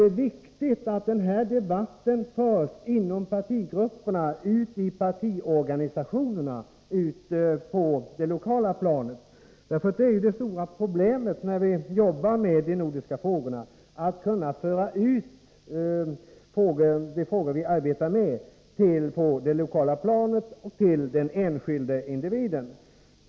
Det är viktigt att debatten förs inom partigrupperna och ute i partiorganisationerna på det lokala planet. Det stora problemet när vi jobbar med de nordiska frågorna är att kunna föra ut dessa frågor till det lokala planet och till den enskilde individen.